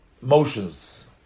motions